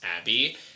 Abby